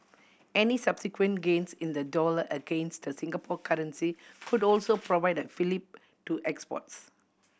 any subsequent gains in the dollar against the Singapore currency could also provide a fillip to exports